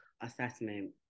assessment